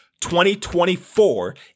2024